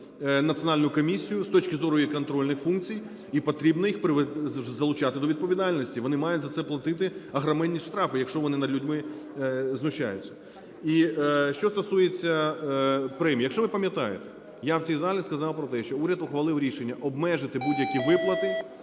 національну комісію з точки зору її контрольних функцій. І потрібно їх залучати до відповідальності. Вони мають за це платити огроменні штрафи, якщо вони над людьми знущаються. І що стосується премій. Якщо ви пам'ятаєте, я в цій залі сказав про те, що уряд ухвалив рішення обмежити будь-які виплати,